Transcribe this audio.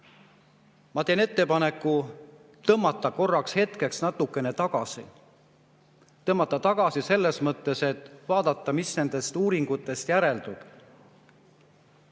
Ma teen ettepaneku tõmmata hetkeks natukene tagasi. Tõmmata tagasi selles mõttes, et vaadata, mis nendest uuringutest järeldub.